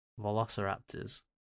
velociraptors